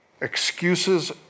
Excuses